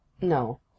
no